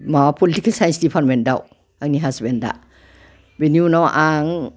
माबा political science डिपार्टमेन्टआव आंनि हासबेन्डआ बिनि उनाव आं